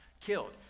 killed